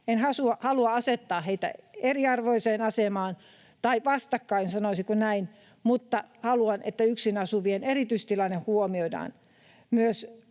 En halua asettaa heitä eriarvoiseen asemaan tai vastakkain, sanoisiko näin, mutta haluan, että yksin asuvien erityistilanne huomioidaan myös